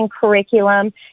curriculum